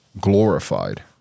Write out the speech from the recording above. glorified